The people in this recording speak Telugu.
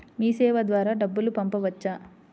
మీసేవ ద్వారా డబ్బు పంపవచ్చా?